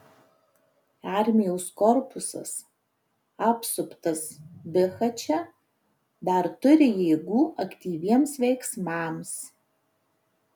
armijos korpusas apsuptas bihače dar turi jėgų aktyviems veiksmams